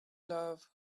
love